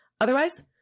Otherwise